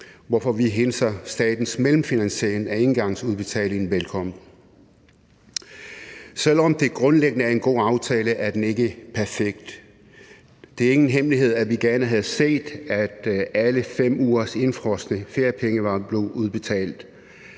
hvorfor vi hilser statens mellemfinansiering af engangsudbetalingen velkommen. Selv om det grundlæggende er en god aftale, er den ikke perfekt. Det er ingen hemmelighed, at vi gerne havde set, at alle 5 ugers indefrosne feriepenge var blevet udbetalt.